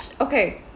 okay